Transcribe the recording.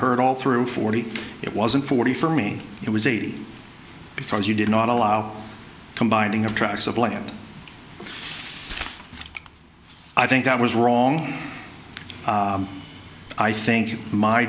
heard all through forty it wasn't forty for me it was eighty because you did not allow combining of tracts of land i think that was wrong i think my